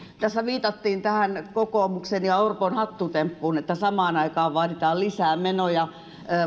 tässä viitattiin tähän kokoomuksen ja orpon hattutemppuun että samaan aikaan vaaditaan lisää menoja